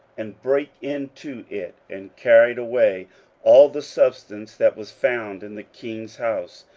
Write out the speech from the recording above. and brake into it, and carried away all the substance that was found in the king's house,